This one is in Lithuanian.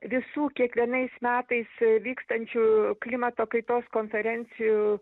visų kiekvienais metais vykstančių klimato kaitos konferencijų